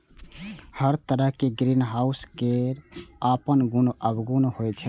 हर तरहक ग्रीनहाउस केर अपन गुण अवगुण होइ छै